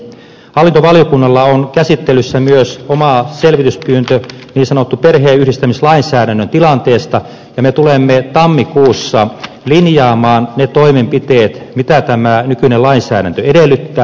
hallintovaliokunnalla on käsittelyssä myös oma selvityspyyntö niin sanotun perheenyhdistämislainsäädännön tilanteesta ja me tulemme tammikuussa linjaamaan ne toimenpiteet mitä tämä nykyinen lainsäädäntö edellyttää